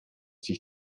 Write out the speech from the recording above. sich